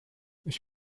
ich